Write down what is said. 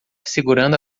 segurando